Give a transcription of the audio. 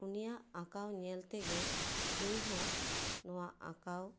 ᱩᱱᱤᱭᱟᱜ ᱟᱸᱠᱟᱣ ᱧᱮᱞ ᱛᱮᱜᱮ ᱤᱧᱦᱚᱸ ᱱᱚᱣᱟ ᱟᱸᱠᱟᱣ